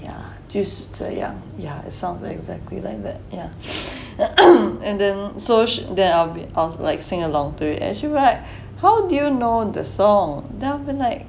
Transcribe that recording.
yeah 就是这样 yeah it sounds exactly like that yeah and then so I'll be I was like sing along to it then she'll be like how do you know the song then I'll be like